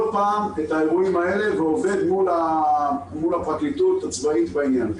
פעם את האירועים האלה ועובד מול הפרקליטות הצבאית בעניין.